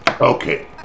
Okay